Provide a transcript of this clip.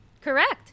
Correct